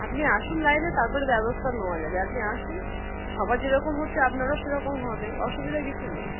আপনি আসুন লাইনে তারপরে ব্যবস্থা নেওয়া যাবে আপনি আসুন সবার যেরকম হচ্ছে আপনারও সেরকম হবে অসুবিধার কিছু নেই